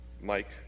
Mike